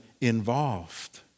involved